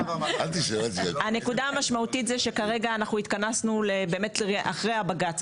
הנקודה המשמעותית היא שכרגע אנחנו התכנסנו אחרי הבג"צ,